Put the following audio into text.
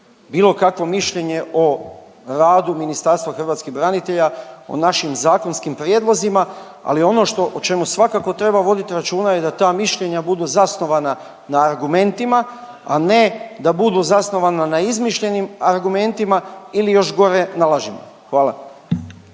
bilo kakvo mišljenje o radu Ministarstva hrvatskih branitelja, o našim zakonskim prijedlozima ali ono što o čemu svakako treba vodit računa je da ta mišljenja budu zasnovana na argumentima, a ne da budu zasnovana na izmišljenim argumentima ili još gore na lažima. Hvala.